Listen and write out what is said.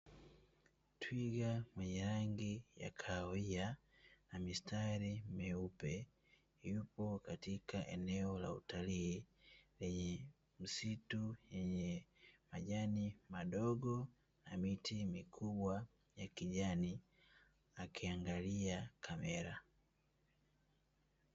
Twiga mwenye rangi ya kahawia na mistari mieupe hupo katika eneo la utalii, lenye msitu yenye majani madogo na miti mikubwa ya kijani akiangalia kamera.